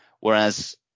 Whereas